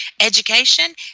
education